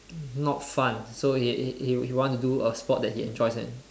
not fun so he he he want to do a sport he enjoys it